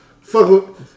Fuck